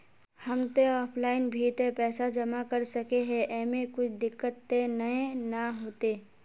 हम ते ऑफलाइन भी ते पैसा जमा कर सके है ऐमे कुछ दिक्कत ते नय न होते?